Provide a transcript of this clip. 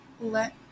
let